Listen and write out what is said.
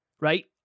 Right